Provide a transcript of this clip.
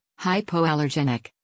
hypoallergenic